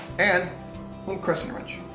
and one crescent wrench.